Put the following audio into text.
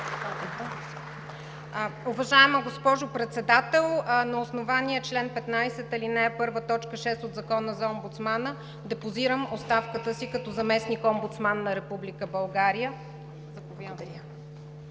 Уважаема госпожо Председател, на основание чл. 15, ал. 1, т. 6 от Закона за омбудсмана депозирам оставката си като Заместник-омбудсман на Република България.